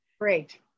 Great